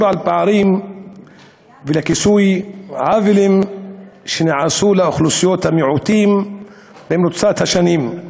על פערים ולכיסוי עוולות שנעשו לאוכלוסיות המיעוטים במרוצת השנים.